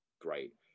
Great